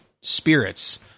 spirits